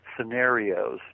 scenarios